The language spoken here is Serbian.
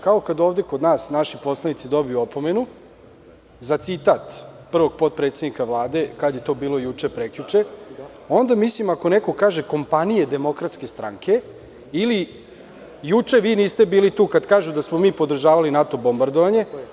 Kao kada ovde kod nas naši poslanici dobiju opomenu za citat prvog potpredsednika Vlade, juče ili prekjuče, onda mislim da morate reagovati ako neko kaže – kompanije DS, ili juče, vi niste bili tu, kada kažu da smo mi podržavali NATO bombardovanje.